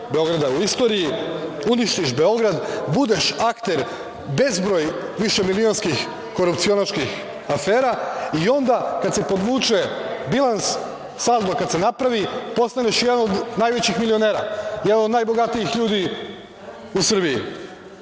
Beograda u istoriji, uništiš Beograd, budeš akter bezbroj višemilionskih korupcionaških afera i onda kada se podvuče bilans, saldo kada se napravi, postaneš jedan od najvećih milionera, jedan od najbogatijih ljudi u Srbiji.